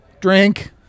drink